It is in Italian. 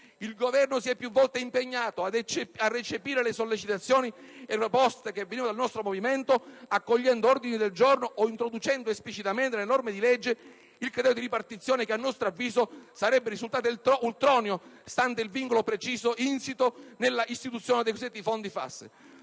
Il Governo più volte si è impegnato a recepire le sollecitazioni e le proposte che provenivano dal nostro Movimento, accogliendo ordini del giorno o introducendo esplicitamente nelle norme di legge il criterio di ripartizione che, a nostro avviso, sarebbe risultato ultroneo, stante il vincolo preciso insito nell'istituzione dei Fondi